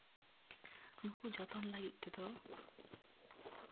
ᱱᱩᱠᱩ ᱡᱚᱛᱚᱱ ᱞᱟᱹᱜᱤᱫ ᱛᱮᱫᱚ